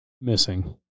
missing